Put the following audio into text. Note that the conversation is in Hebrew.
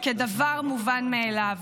כדבר מובן מאליו.